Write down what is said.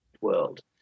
world